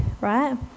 right